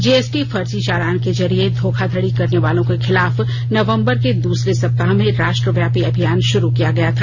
GST फर्जी चालान के जरिये धोखाधड़ी करने वालों के खिलाफ नवंबर के दूसरे सप्ताह में राष्ट्रव्यापी अभियान शुरू किया गया था